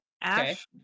Ash